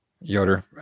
yoder